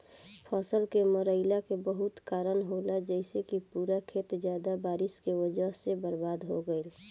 फसल के मरईला के बहुत कारन होला जइसे कि पूरा खेत ज्यादा बारिश के वजह से बर्बाद हो गईल